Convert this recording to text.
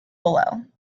below